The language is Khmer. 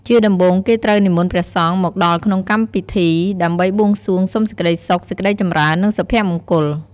ជាដំបូងគេត្រូវនិមន្តព្រះសង្ឃមកដល់ក្នុងកម្មពិធីដើម្បីបួងសួងសុំសេចក្ដីសុខ សេចក្ដីចម្រើន និងសុភមង្គល។